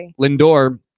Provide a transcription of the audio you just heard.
Lindor